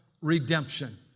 Redemption